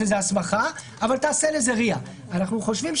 לזה הסמכה אבל תעשה לזה RIA. לדעתנו,